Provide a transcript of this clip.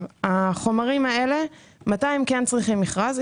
החומרים האלה, מתי הם כן צריכים מכרז?